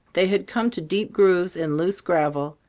they had come to deep grooves in loose gravel,